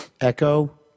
echo